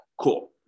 Cool